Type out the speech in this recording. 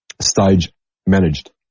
Stage-managed